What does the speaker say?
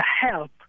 help